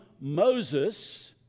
Moses